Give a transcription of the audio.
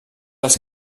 els